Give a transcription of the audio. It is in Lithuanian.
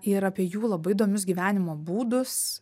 ir apie jų labai įdomius gyvenimo būdus